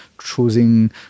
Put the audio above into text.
choosing